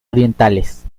orientales